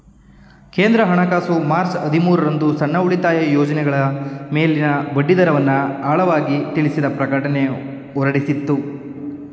ಕೇಂದ್ರ ಹಣಕಾಸು ಮಾರ್ಚ್ ಹದಿಮೂರು ರಂದು ಸಣ್ಣ ಉಳಿತಾಯ ಯೋಜ್ನಗಳ ಮೇಲಿನ ಬಡ್ಡಿದರವನ್ನು ಆಳವಾಗಿ ತಿಳಿಸಿದ ಪ್ರಕಟಣೆ ಹೊರಡಿಸಿತ್ತು